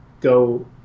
go